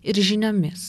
ir žiniomis